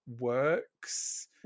works